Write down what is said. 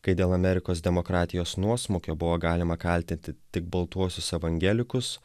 kai dėl amerikos demokratijos nuosmukio buvo galima kaltinti tik baltuosius evangelikus